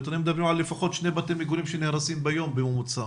הנתונים מדברים על לפחות שני בתי מגורים שנהרסים ביום בממוצע.